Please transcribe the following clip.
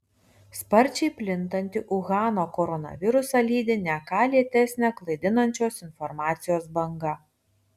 sparčiai plintantį uhano koronavirusą lydi ne ką lėtesnė klaidinančios informacijos banga